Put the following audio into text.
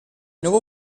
nuovo